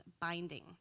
binding